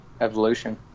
evolution